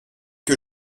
que